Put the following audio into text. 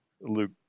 Luke